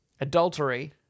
adultery